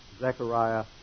Zechariah